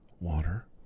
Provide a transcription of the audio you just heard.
water